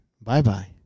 Bye-bye